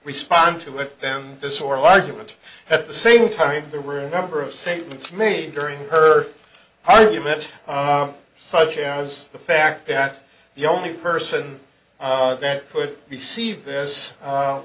respond to it then this oral argument at the same time there were a number of statements made during her argument such as the fact that the only person that could receive this